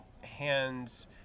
hands